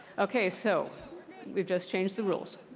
okay. so we've just changed the rules.